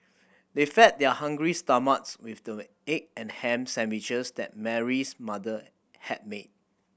they fed their hungry stomachs with the egg and ham sandwiches that Mary's mother had made